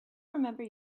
remember